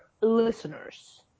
listeners